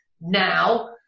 now